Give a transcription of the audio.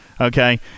Okay